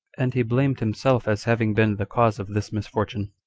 and he blamed himself as having been the cause of this misfortune.